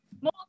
More